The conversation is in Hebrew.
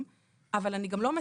מה את